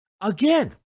Again